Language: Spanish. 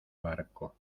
barco